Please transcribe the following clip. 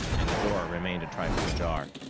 and the door remained a trifle ajar.